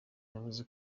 yavuze